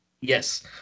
Yes